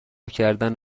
کردن